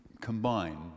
combine